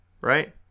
Right